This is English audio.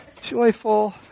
joyful